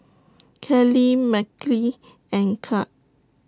Kalie Mickie and Kirk